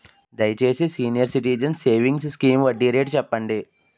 దయచేసి senior citizens savings scheme వడ్డీ rate చెప్పండి